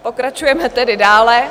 Pokračujeme tedy dále.